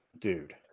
dude